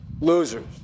losers